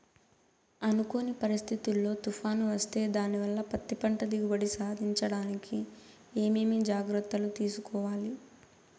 అనుకోని పరిస్థితుల్లో తుఫాను వస్తే దానివల్ల పత్తి పంట దిగుబడి సాధించడానికి ఏమేమి జాగ్రత్తలు తీసుకోవాలి?